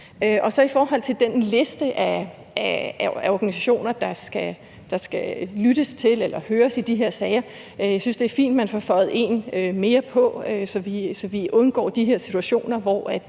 angår den liste af organisationer, der skal høres i de her sager, så synes jeg, det er fint, at man får føjet en mere til, så vi undgår de her situationer, hvor